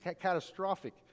catastrophic